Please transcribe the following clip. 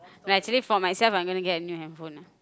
nah actually for myself I'm gonna get a new handphone ah